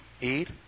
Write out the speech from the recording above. Eat